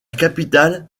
capitale